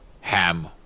ham